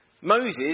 Moses